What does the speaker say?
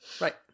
Right